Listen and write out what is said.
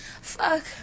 Fuck